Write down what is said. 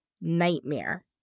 nightmare